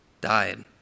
died